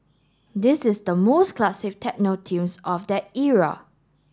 this is the most classic techno tunes of that era